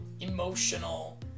emotional